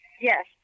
Yes